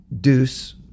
deuce